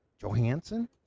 Johansson